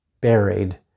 buried